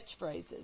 catchphrases